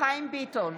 חיים ביטון,